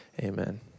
amen